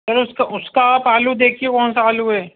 ارے اِس کا اُس کا آپ آلو دیکھیے کون سا آلو ہے